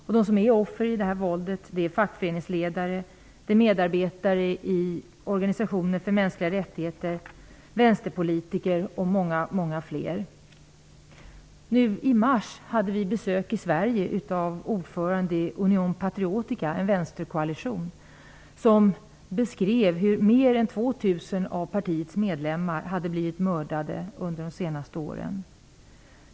Offren för detta våld är fackföreningsledare, medarbetare i organisationer för mänskliga rättigheter, vänsterpolitiker och många fler. Nu i mars hade vi i Sverige besök av ordföranden i Union patriotica, en vänsterkoalition, som beskrev hur mer är 2 000 av partiets medlemmar blivit mördade under de senaste åren.